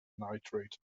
nitrate